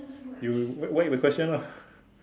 you whack whack the question ah